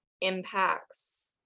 impacts